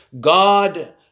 God